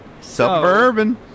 Suburban